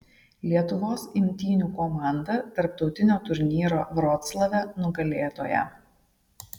lietuvos imtynių komanda tarptautinio turnyro vroclave nugalėtoja